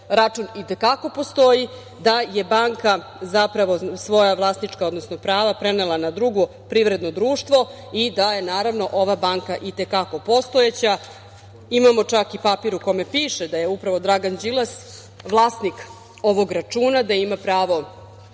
račun i te kako postoji, da je banka svoja vlasnička prava prenela na drugo privredno društvo i da je ova banka i te kako postojeća. Imamo čak i papir u kome piše da je upravo Dragan Đilas vlasnik ovog računa, da ima pravo